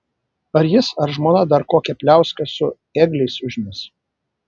ar jis ar žmona dar kokią pliauską su ėgliais užmes